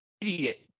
idiot